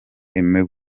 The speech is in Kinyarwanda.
imibu